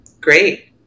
great